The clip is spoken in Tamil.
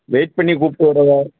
வெயிட் பண்ணி கூப்பிட்டு வர்றதா